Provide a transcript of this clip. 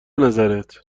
نظرت